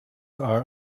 are